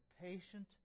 patient